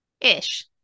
ish